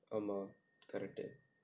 ஆமாம் கிடைக்கும்:aamaam kidaikkum